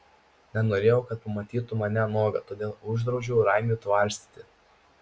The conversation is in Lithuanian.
nenorėjau kad pamatytų mane nuogą todėl uždraudžiau raimiui tvarstyti